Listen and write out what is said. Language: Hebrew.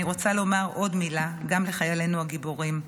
אני רוצה לומר עוד מילה גם לחיילינו הגיבורים: